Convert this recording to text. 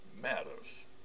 matters